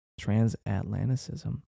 Transatlanticism